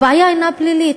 הבעיה אינה פלילית.